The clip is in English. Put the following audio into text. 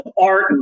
Art